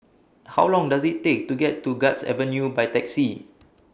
How Long Does IT Take to get to Guards Avenue By Taxi